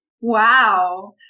Wow